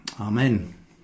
amen